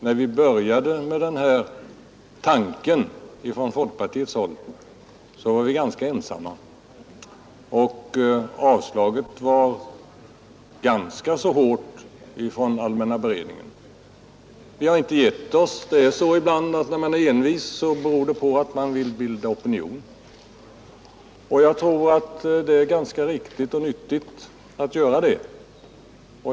När vi började med den här tanken från folkpartiet var vi ganska ensamma, och avslaget från allmänna beredningsutskottet var ganska så hårt. Vi har inte gett oss. Det är så ibland, att när man är envis beror det på att man vill bilda opinion. Jag tror att det är riktigt och nyttigt att göra det.